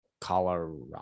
colorado